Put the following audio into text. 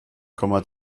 komma